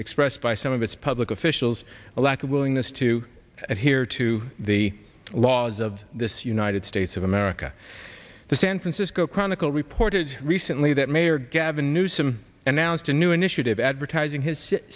expressed by some of its public officials a lack of willingness to adhere to the laws of this united states of america the san francisco chronicle reported recently that mayor gavin newsom announced a new initiative advertising his city